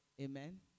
Amen